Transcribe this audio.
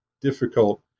difficult